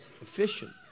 efficient